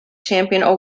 championship